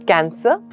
Cancer